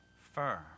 firm